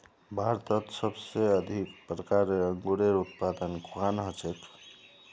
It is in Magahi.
भारतत सबसे अधिक प्रकारेर अंगूरेर उत्पादन कुहान हछेक